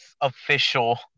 official